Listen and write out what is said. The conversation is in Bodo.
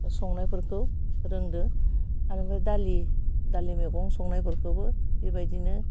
संनायफोरखौ रोंदों आरो बे दालि दालि मैगं संनायफोरखौबो बेबायदिनो